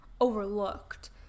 overlooked